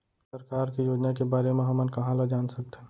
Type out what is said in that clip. सरकार के योजना के बारे म हमन कहाँ ल जान सकथन?